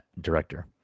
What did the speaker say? director